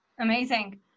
Amazing